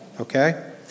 okay